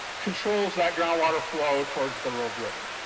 controls that groundwater flow towards the rogue river.